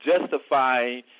justifying